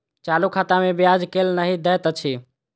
चालू खाता मे ब्याज केल नहि दैत अछि